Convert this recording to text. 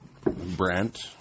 Brent